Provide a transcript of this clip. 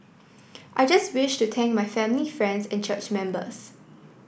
I just wish to thank my family friends and church members